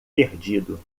perdido